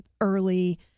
early